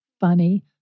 funny